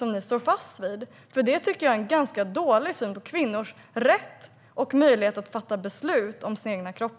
Står ni fast vid denna ståndpunkt? Det är en ganska dålig syn på kvinnors rätt och möjlighet att fatta beslut om sin egen kropp.